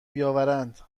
بیاورند